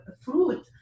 fruit